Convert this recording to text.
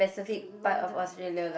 London